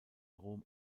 rom